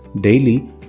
daily